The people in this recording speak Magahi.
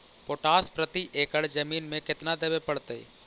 पोटास प्रति एकड़ जमीन में केतना देबे पड़तै?